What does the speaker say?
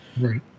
Right